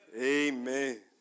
Amen